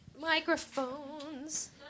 Microphones